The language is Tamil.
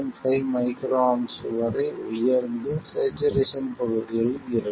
5 µA வரை உயர்ந்து ஸ்சேச்சுரேசன் பகுதியில் இருக்கும்